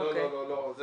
לא, אני